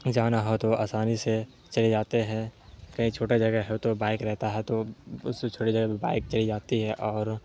جانا ہو تو آسانی سے چلے جاتے ہے کہیں چھوٹا جگہ ہو تو بائک رہتا ہے تو اس سے چھوٹی جگہ پہ بائک چلی جاتی ہے اور